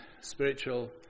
spiritual